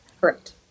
Correct